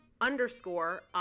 underscore